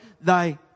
thy